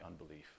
unbelief